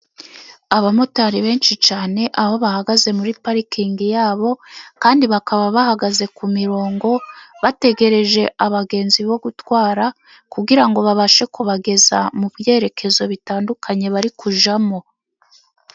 Abamotari benshi cyane, aho bahagaze muri parikingi yabo kandi bakaba bahagaze ku mirongo, bategereje abagenzi bo gutwara kugirango ngo, babashe kubageza mu byerekezo bitandukanye bari kujyamo.